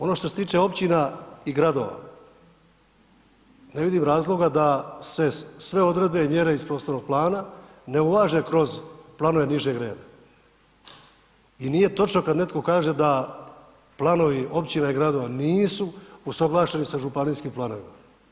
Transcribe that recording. Ono što se tiče Općina i Gradova, ne vidim razloga da se sve odredbe i mjere iz prostornog plana ne ... kroz planove nižeg reda, i nije točno kad netko kaže da planovi Općina i Gradova nisu usuglašeni sa Županijskim planovima.